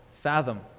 fathom